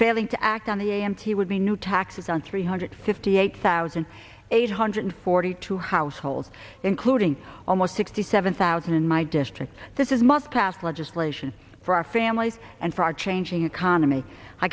failing to act on the a m t would be new taxes on three hundred fifty eight thousand eight hundred forty two households including almost sixty seven thousand in my district this is must pass legislation for our families and for our changing economy i